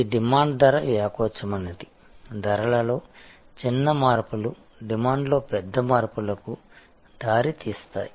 ఇది డిమాండ్ ధర వ్యాకోచమైనది ధరలలో చిన్న మార్పులు డిమాండ్లో పెద్ద మార్పులకు దారితీస్తాయి